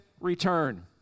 return